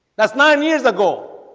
that's nine years ago